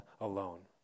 alone